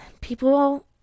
People